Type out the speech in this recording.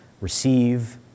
receive